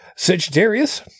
Sagittarius